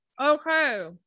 Okay